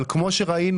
אבל כפי שראינו,